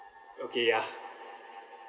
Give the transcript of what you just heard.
okay ya